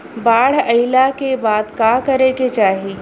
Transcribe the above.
बाढ़ आइला के बाद का करे के चाही?